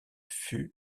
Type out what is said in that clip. fut